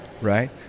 right